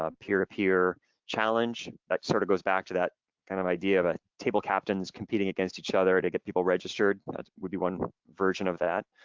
ah peer-to-peer challenge and sort of goes back to that kind of idea of a table captains competing against each other to get people registered would be one version of that.